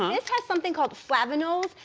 this has something called flavanols.